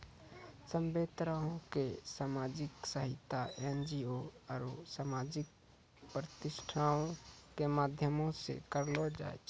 सभ्भे तरहो के समाजिक सहायता एन.जी.ओ आरु समाजिक प्रतिष्ठानो के माध्यमो से करलो जाय छै